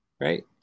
right